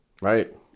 Right